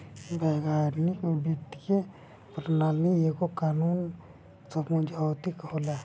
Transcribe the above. वैश्विक वित्तीय प्रणाली एगो कानूनी समुझौता होला